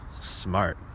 smart